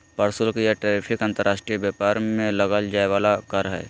प्रशुल्क या टैरिफ अंतर्राष्ट्रीय व्यापार में लगल जाय वला कर हइ